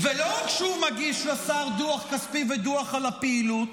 ולא רק שהוא מגיש לשר דוח כספי ודוח על הפעילות,